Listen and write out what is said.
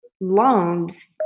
loans